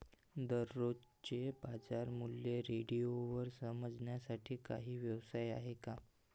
दररोजचे बाजारमूल्य रेडिओवर समजण्यासाठी काही व्यवस्था आहे का?